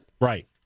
Right